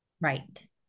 right